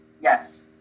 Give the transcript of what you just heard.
Yes